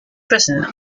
prison